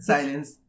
Silence